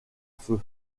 feu